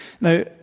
Now